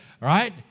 right